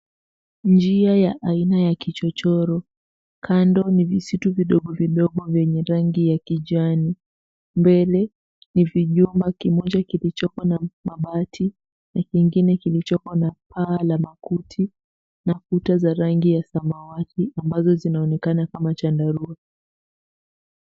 Njia ya aina ya vichochoro, kando ni visitu vidogo vidogo vyenye rangi ya kijani. Mbele ni kijumba kimoja kilichoko na mabati na kingine kilichoko na paa la makuti na kuta za rangi ya samawati ambazo zinaonekana kama chandarua.